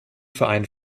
verein